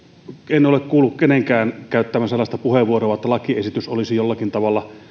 en ole kuullut kenenkään käyttävän sellaista puheenvuoroa että lakiesitys olisi jollakin tavalla